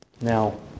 Now